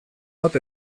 bat